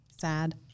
sad